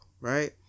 right